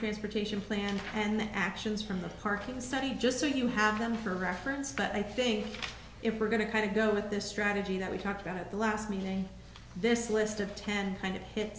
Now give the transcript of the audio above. transportation plan and the actions from the parking study just so you have them for reference but i think if we're going to kind of go with this strategy that we talked about at the last meeting this list of ten kind of hit